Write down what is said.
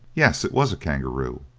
yes, it was a kangaroo.